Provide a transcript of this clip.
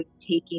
taking